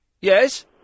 Yes